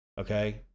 okay